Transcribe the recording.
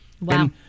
Wow